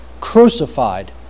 crucified